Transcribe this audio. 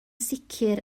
sicr